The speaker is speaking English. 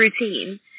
routine